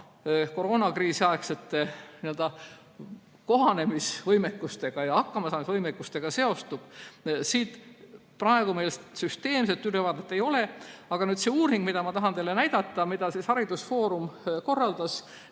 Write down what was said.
koroonakriisiaegsete kohanemisvõimekuste ja hakkamasaamisvõimekustega, praegu meil süsteemset ülevaadet ei ole. Aga nüüd see uuring, mida ma tahan teile näidata, mille haridusfoorum korraldas